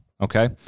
okay